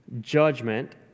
judgment